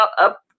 up